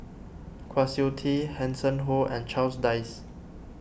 Kwa Siew Tee Hanson Ho and Charles Dyce